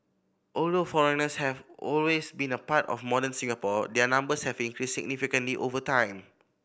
although foreigners have always been a part of modern Singapore their numbers have increased significantly over time